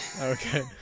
Okay